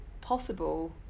possible